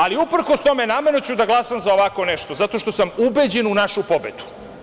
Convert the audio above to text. Ali uprkos tome, namerno ću da glasam za ovako nešto, jer sam ubeđen u našu pobedu.